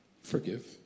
Forgive